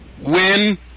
Win